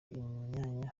imyanya